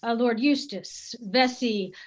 ah lord eustace, vesey,